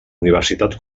universitat